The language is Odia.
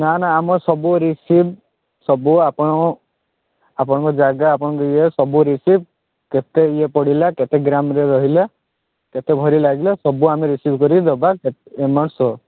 ନା ନା ଆମର ସବୁ ରିସିଟ୍ ସବୁ ଆପଣଙ୍କ ଆପଣଙ୍କ ଜାଗା ଆପଣଙ୍କ ଇଏ ସବୁ ରିସିଟ୍ କେତେ ଇଏ ପଡ଼ିଲା କେତେ ଗ୍ରାମ୍ ରେ କେତେ ଭରି ଲାଗିଲା ସବୁ ଆମେ ରିସିଟ୍ କରିକି ଦେବା ଏମାଉଣ୍ଟ ସହ